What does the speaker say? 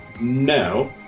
No